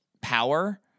power